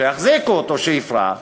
שהחזיקו אותו כדי שיפרח,